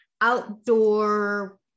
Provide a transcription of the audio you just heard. outdoor